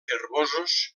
herbosos